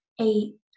eight